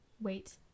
Wait